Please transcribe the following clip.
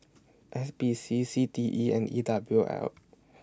S P C C T E and E W L